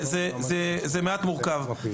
זה מעט מורכב.